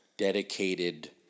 dedicated